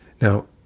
Now